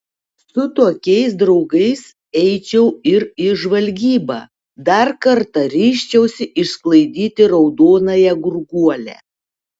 su tokiais draugais eičiau ir į žvalgybą dar kartą ryžčiausi išsklaidyti raudonąją gurguolę